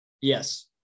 Yes